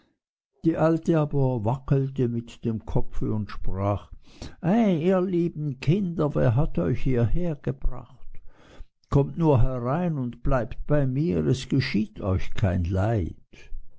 die alte aber wackelte mit dem kopfe und sprach ei ihr lieben kinder wer hat euch hierher gebracht kommt nur herein und bleibt bei mir es geschieht euch kein leid